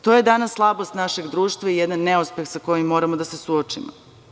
To je danas slabost našeg društva i jedan neuspeh sa kojim moramo da se suočimo.